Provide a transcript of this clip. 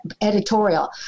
editorial